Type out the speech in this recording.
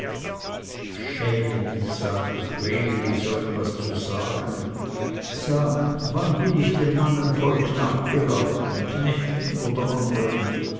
schäme dich sagte vreneli so etwas zu sagen sag wann bin ich dem mannenvolk nachgelaufen knechten oder anderen